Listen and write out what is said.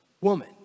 Woman